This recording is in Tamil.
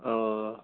ஓ ஓ